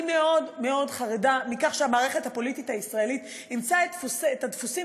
אני מאוד מאוד חרדה מכך שהמערכת הפוליטית הישראלית אימצה את הדפוסים,